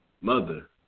mother